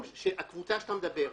הקבוצה שאתה מדבר עליה.